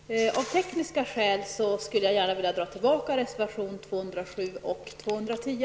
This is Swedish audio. Fru talman! Av tekniska skäl skulle jag gärna vilja dra tillbaka reservationerna 207 och 210.